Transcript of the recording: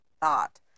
thought